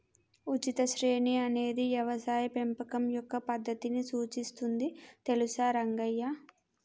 ఉచిత శ్రేణి అనేది యవసాయ పెంపకం యొక్క పద్దతిని సూచిస్తుంది తెలుసా రంగయ్య